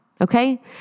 Okay